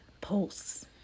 Pulse